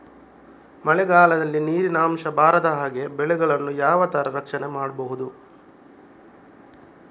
ಮಳೆಗಾಲದಲ್ಲಿ ನೀರಿನ ಅಂಶ ಬಾರದ ಹಾಗೆ ಬೆಳೆಗಳನ್ನು ಯಾವ ತರ ರಕ್ಷಣೆ ಮಾಡ್ಬಹುದು?